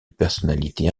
personnalités